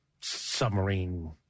submarine